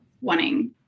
wanting